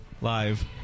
live